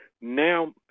now